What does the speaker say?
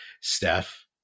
Steph